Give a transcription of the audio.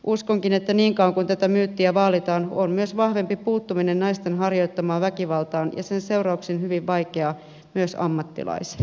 uskonkin että niin kauan kuin tätä myyttiä vaalitaan on myös vahvempi puuttuminen naisten harjoittamaan väkivaltaan ja sen seurauksiin hyvin vaikeaa myös ammattilaisille